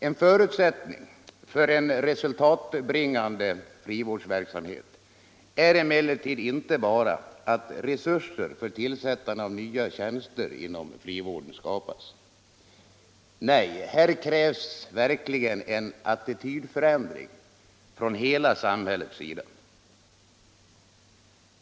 En förutsättning för en resultatbringande frivårdsverksamhet är emellertid inte bara att resurser för tillsättande av nya tjänster inom frivården skapas. Nej, här krävs verkligen en attitydförändring från hela samhällets sida.